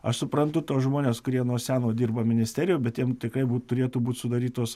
aš suprantu tuos žmones kurie nuo seno dirba ministerijoj bet jiem tikrai būt turėtų būt sudarytos